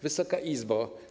Wysoka Izbo!